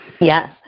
Yes